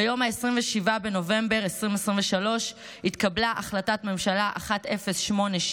ביום 27 בנובמבר 2023 התקבלה החלטת ממשלה 1086,